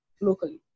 locally